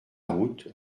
route